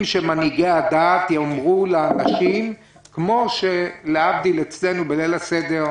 שמנהיגי הדת יאמרו לאנשים כמו שלהבדיל אצלנו בליל הסדר,